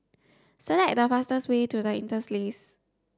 select the fastest way to The Interlace